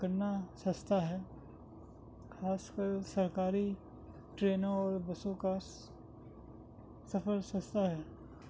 کرنا سستا ہے خاص کر سرکاری ٹرینوں اور بسوں کا سفر سستا ہے